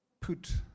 put